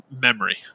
memory